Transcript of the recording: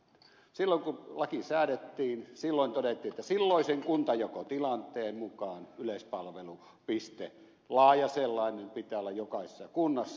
silloin kun laki säädettiin silloin todettiin että silloisen kuntajakotilanteen mukaan yleispalvelupisteen laajan sellaisen pitää olla jokaisessa kunnassa